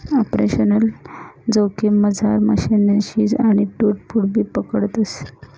operational जोखिममझार मशीननी झीज आणि टूट फूटबी पकडतस